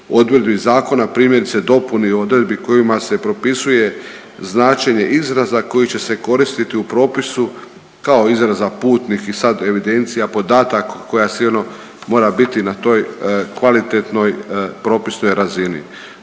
Odredbi zakona primjerice dopuni odredbi kojima se propisuje značenje izraza koji će se koristiti u propisu kao izraza putnih i sad evidencija podataka koja sigurno mora biti na toj kvalitetnoj propisnoj razini,